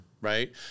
Right